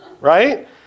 Right